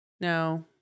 No